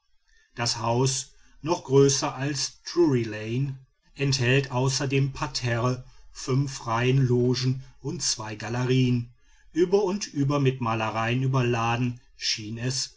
das haus noch größer als drury lane enthält außer dem parterre fünf reihen logen und zwei galerien über und über mit malereien überladen schien es